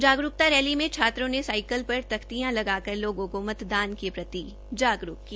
जागरूकता रैली में छात्रों ने साईकिलो पर तख्तियां लगा कर लोगों को मतदान के प्रति जागरूक किया